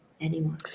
anymore